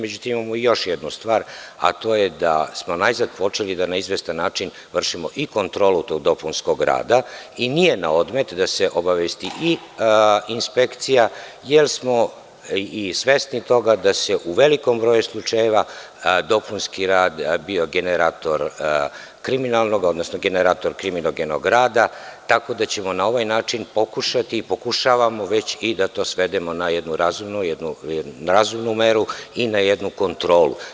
Međutim, još jednu stvar, a to je da smo nazad počeli da na izvestan način vršimo i kontrolu tog dopunskog rada i nije na odmet da se obavesti i inspekcija, jer smo i svesni toga da je u velikom broju slučajeva dopunski rad bio generator kriminalnog, odnosno generator kriminogenog rada, tako da ćemo na ovaj način pokušati i pokušavamo već i da to svedemo na jednu razumnu meru i na jednu kontrolu.